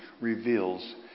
reveals